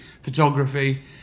photography